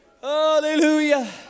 Hallelujah